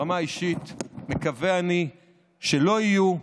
ברמה האישית אני מקווה שלא יהיו,